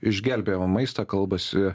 išgelbėjimą maistą kalbasi